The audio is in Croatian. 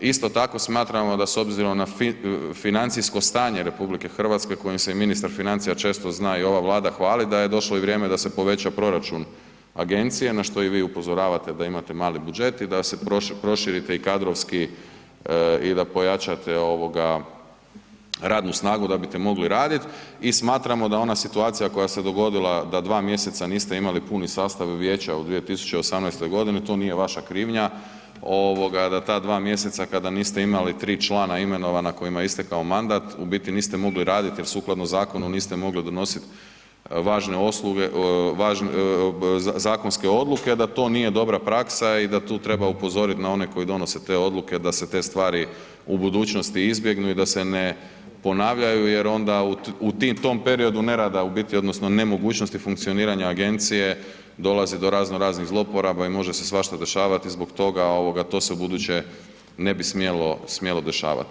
Isto tako smatramo da s obzirom na financijsko stanje RH kojim se ministar financija često zna i ova Vlada hvalit da je došlo vrijeme da se poveća proračun agencije, na što i vi upozoravate da imate mali budžet i da se proširite i kadrovski i da pojačate radnu snagu da bite mogli raditi i smatramo da ona situacija koja se dogodila da dva mjeseca niste imali puni sastav vijeća u 2018. godini, to nije vaša krivnja da ta dva mjeseca kada niste imali tri člana imenovana kojima je istekao mandat, niste mogli raditi jer sukladno zakonu niste mogli donositi zakonske odluke da to nije dobra praksa i da tu treba upozoriti na one koji donose te odluke da se te stvari u budućnosti izbjegnu i da se ne ponavljaju jer onda u tom periodu nerada odnosno nemogućnosti funkcioniranja agencije dolazi do raznoraznih zloporaba i može se svašta dešavati i zbog toga to se ubuduće ne bi smjelo dešavat.